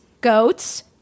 goats